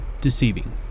deceiving